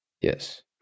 Yes